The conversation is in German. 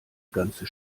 ganze